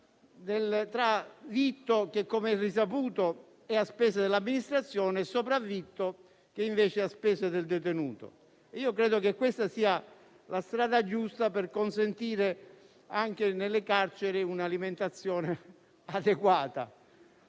tra vitto che, come risaputo, è a spese dell'amministrazione, e sopravvitto, che invece è a spese del detenuto. Credo che questa sia la strada giusta per consentire anche nelle carceri un'alimentazione adeguata.